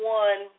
one